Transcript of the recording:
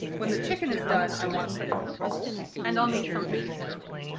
when the chicken is done, i want to put it in a bowl and i'll need something to stir with.